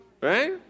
right